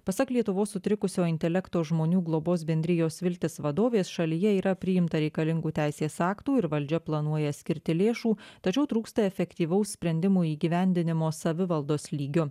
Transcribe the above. pasak lietuvos sutrikusio intelekto žmonių globos bendrijos viltis vadovės šalyje yra priimta reikalingų teisės aktų ir valdžia planuoja skirti lėšų tačiau trūksta efektyvaus sprendimų įgyvendinimo savivaldos lygiu